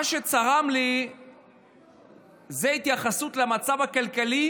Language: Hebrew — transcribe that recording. מה שצרם לי הוא ההתייחסות למצב הכלכלי